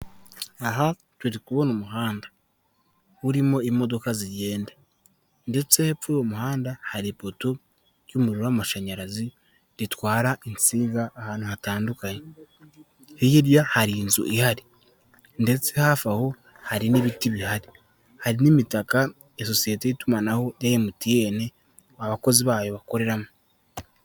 Aha turi kubona umuhanda, urimo imodoka zigenda ndetse hepfo y'uwo muhanda, hari ipoto ry'umuriro w'amashanyarazi ritwara insinga ahantu hatandukanye, hirya hari inzu ihari ndetse hafi aho hari n'ibiti bihari, hari n'imitaka ya sosiyete y'itumanaho ya MTN, abakozi bayo bakoreramo.